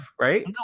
right